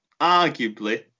arguably